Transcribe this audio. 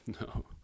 no